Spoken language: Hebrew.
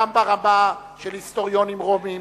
גם ברמה של היסטוריונים רומיים,